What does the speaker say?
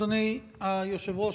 אדוני היושב-ראש,